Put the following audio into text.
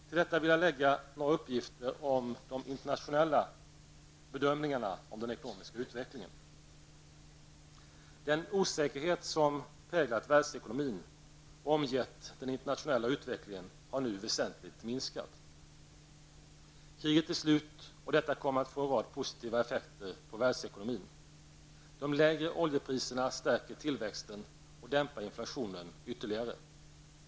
Till detta vill jag lägga några uppgifter om de internationella bedömningarna av den ekonomiska utvecklingen. Den osäkerhet som präglat världsekonomin och omgett den internationella utvecklingen har nu väsentligt minskat. Kriget är slut, och detta kommer att få en rad positiva effekter på världsekonomin. De lägre oljepriserna stärker tillväxten och dämpar inflationen ytterligare.